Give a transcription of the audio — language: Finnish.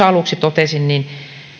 aluksi totesin